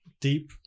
deep